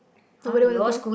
I wouldn't want to go